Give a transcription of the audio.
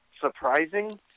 surprising